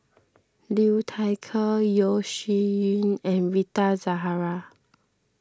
Liu Thai Ker Yeo Shih Yun and Rita Zahara